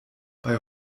bei